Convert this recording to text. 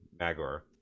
Magor